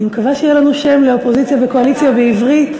אני מקווה שיהיה לנו שם לאופוזיציה ולקואליציה בעברית,